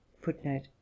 footnote